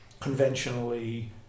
conventionally